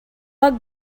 bug